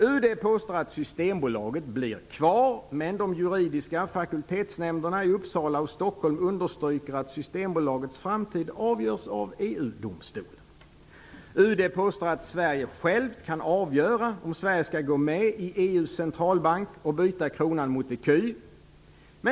UD påstår att Systembolaget blir kvar. Men de juridiska fakultetsnämnderna i Uppsala och Stockholm understryker att Systembolagets framtid avgörs av UD påstår att Sverige självt kan avgöra om Sverige skall gå med i EU:s centralbank och byta kronan mot ecu.